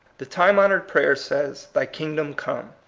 the time-honored prayer says, thy kingdom come.